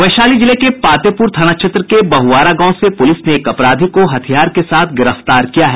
वैशाली जिले के पातेपुर थाना क्षेत्र के बहुआरा गांव से पुलिस ने एक अपराधी को हथियार के साथ गिरफ्तार किया है